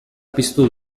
piztu